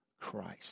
Christ